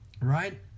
Right